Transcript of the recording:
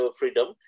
freedom